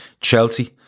Chelsea